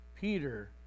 Peter